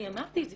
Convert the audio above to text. אני אמרתי את זה.